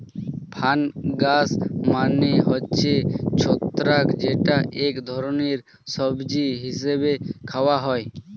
fungus মানে হচ্ছে ছত্রাক যেটা এক ধরনের সবজি হিসেবে খাওয়া হয়